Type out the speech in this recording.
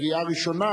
לקריאה ראשונה